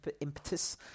impetus